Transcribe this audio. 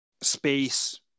space